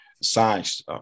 science